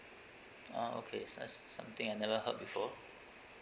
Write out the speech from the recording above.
ah okay som~ something I never heard before